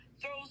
throws